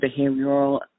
behavioral